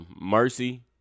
Mercy